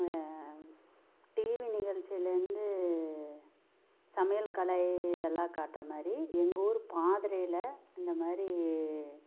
TV நிகழ்ச்சியிலேருந்து சமையற்கலை இதெல்லாம் காட்டுகிற மாதிரி எங்கள் ஊர் பாதுரையில் இந்த மாதிரி